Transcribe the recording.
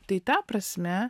tai ta prasme